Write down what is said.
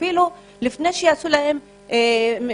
אפילו לפני שעשו להם שימוע,